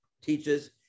teaches